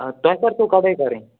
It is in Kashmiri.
آ تۄہہِ کَر چھَو کَٹٲیۍ کَرٕنۍ